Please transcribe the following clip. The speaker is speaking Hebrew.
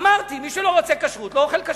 אמרתי שמי שלא רוצה כשרות לא אוכל כשר.